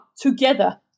together